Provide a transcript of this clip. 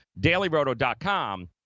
DailyRoto.com